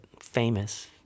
famous